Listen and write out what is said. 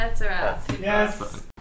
Yes